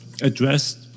addressed